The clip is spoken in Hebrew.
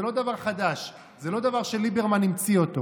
זה לא דבר חדש, זה לא דבר שליברמן המציא אותו.